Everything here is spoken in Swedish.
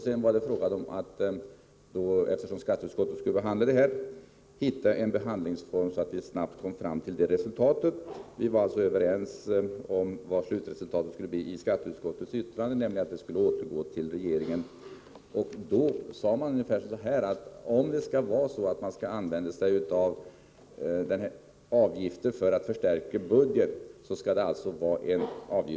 Det var då fråga om att hitta en behandlingsform som gjorde att vi snabbt kom fram till ett resultat. Skatteutskottet skulle behandla förslaget, och vi var på det klara med vad resultatet av skatteutskottets yttrande skulle bli, nämligen att förslaget skulle återgå till regeringen. Man sade då, att om avgifter skulle användas för att förstärka budgeten, så måste dessa vara likartade.